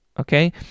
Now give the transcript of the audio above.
okay